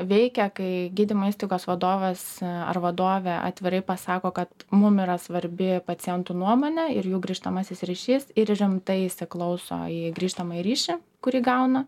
veikia kai gydymo įstaigos vadovas ar vadovė atvirai pasako kad mum yra svarbi pacientų nuomonė ir jų grįžtamasis ryšys ir rimtai įsiklauso į grįžtamąjį ryšį kurį gauna